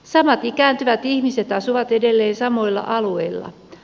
samat ikääntyvät ihmiset asuvat edelleen samoilla alueilla